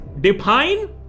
define